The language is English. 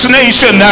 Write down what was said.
nation